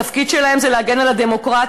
התפקיד שלה הוא להגן על הדמוקרטיה,